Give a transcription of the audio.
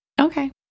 Okay